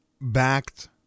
backed